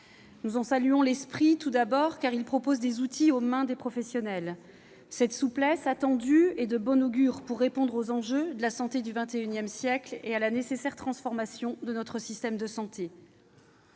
Nous en saluons l'esprit d'abord, car il propose des outils aux mains des professionnels. Cette souplesse attendue est de bon augure pour répondre aux enjeux de la santé du XXI siècle et à la nécessaire transformation de notre système de santé.